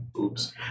oops